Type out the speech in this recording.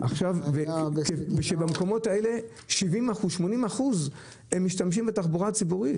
במקומות האלה 80% משתמשים בתחבורה הציבורית,